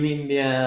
India